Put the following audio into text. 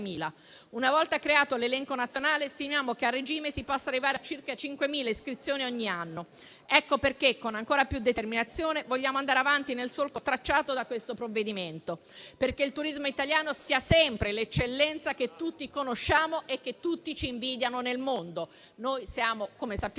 una volta creato l'elenco nazionale, stimiamo che a regime si possa arrivare a circa 5.000 iscrizioni ogni anno. Ecco perché con ancora più determinazione vogliamo andare avanti nel solco tracciato da questo provvedimento, perché il turismo italiano sia sempre l'eccellenza che tutti conosciamo e che tutti ci invidiano nel mondo. Noi siamo, come sappiamo